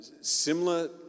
similar